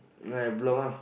under my block ah